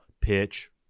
pitch